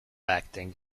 acting